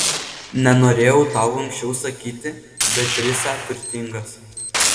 nenorėjau tau anksčiau sakyti bet risią turtingas